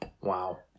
Wow